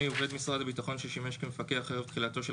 עובד משרד הביטחון ששימש כמפקח ערב תחילתו של